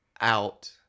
out